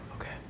Okay